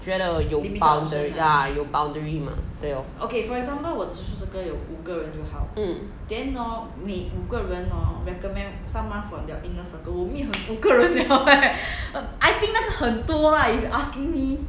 觉得有 boundary ya 有 boundary mah 对 lor mm